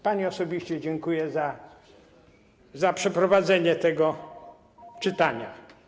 Pani osobiście dziękuję za przeprowadzenie tego czytania.